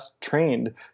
trained